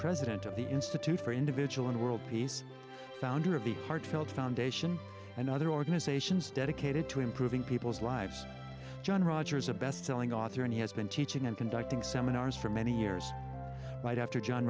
president of the institute for individual and world peace founder of the heartfelt foundation and other organizations dedicated to improving people's lives john rogers a bestselling author and he has been teaching and conducting seminars for many years right after john